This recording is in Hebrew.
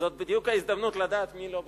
זאת בדיוק ההזדמנות לדעת מי לא בקבינט,